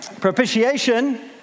Propitiation